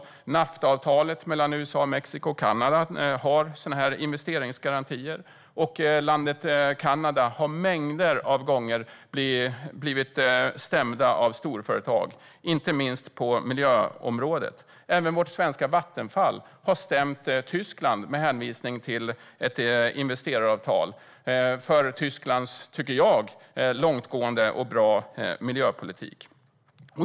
Exempelvis har Naftaavtalet mellan USA, Mexiko och Kanada sådana investeringsgarantier. Kanada som land har en mängd gånger blivit stämt av storföretag, inte minst på miljöområdet. Även vårt svenska Vattenfall har stämt Tyskland med hänvisning till ett investeringsavtal på grund av Tysklands enligt min mening långtgående och bra miljöpolitik.